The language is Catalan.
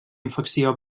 infecció